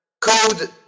code